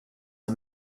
are